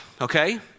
Okay